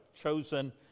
chosen